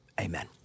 amen